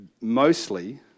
mostly